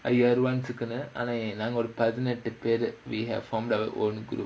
ayyaru once உக்குனு நாங்க ஒரு பதினெட்டு பேரு:ukkunu naanga oru pathinettu paeru we have from the own group